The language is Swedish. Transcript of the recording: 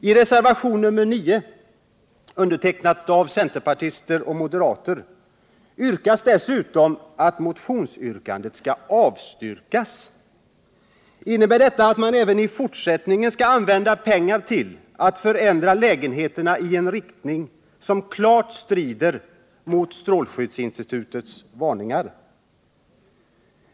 I reservationen 9, undertecknad av centerpartister och moderater, yrkas dessutom att vårt motionsyrkande avslås. Innebär detta att man även i fortsättningen skall använda pengar till att förändra lägenheterna i en riktning som klart strider mot strålskyddsinstitutets varningar?